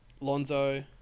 Lonzo